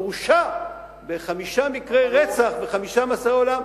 שהורשע בחמישה מקרי רצח ונידון לחמישה מאסרי עולם.